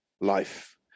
life